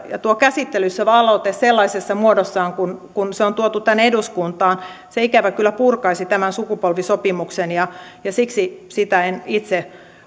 tuo käsittelyssä oleva aloite sellaisessa muodossaan kuin se on tuotu tänne eduskuntaan ikävä kyllä purkaisi tämän sukupolvisopimuksen ja ja siksi sitä en itse